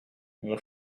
mon